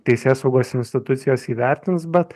teisėsaugos institucijos įvertins bet